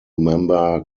member